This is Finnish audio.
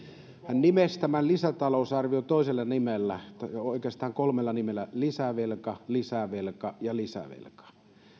nimesi tämän lisätalousarvion toisella nimellä tai oikeastaan kolmella nimellä lisävelka lisävelka ja lisävelka